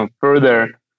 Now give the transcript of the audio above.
further